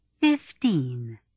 Fifteen